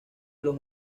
los